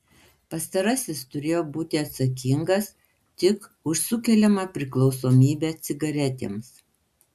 pastarasis turėjo būti atsakingas tik už sukeliamą priklausomybę cigaretėms